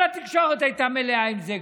כל התקשורת הייתה מלאה עם זה.